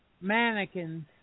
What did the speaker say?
mannequins